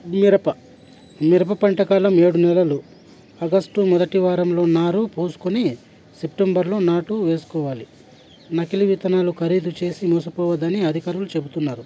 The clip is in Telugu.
మిరప మిరప పంట కాలం ఏడు నెలలు ఆగస్టు మొదటి వారంలో నారు పోసుకుని సెప్టెంబర్లో నాటు వేసుకోవాలి నకిలీ విత్తనాలు ఖరీదు చేసి మోసపోవద్దని అధికారులు చెబుతున్నారు